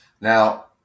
now